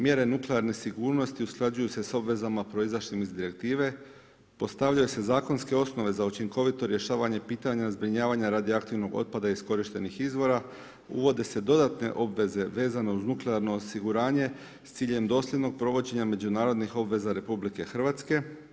Mjere nuklearne sigurnosti usklađuju se sa obvezama proizašlim iz direktive, postavljaju se zakonske osnove za učinkovito rješavanje pitanja zbrinjavanja radioaktivnog otpada iskorištenih izvora, uvode se dodatne obveze vezane uz nuklearno osiguranje s ciljem dosljednog provođenja međunarodnih obveza Republike Hrvatske.